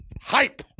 Hype